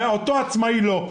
והעצמאי לא.